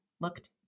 looked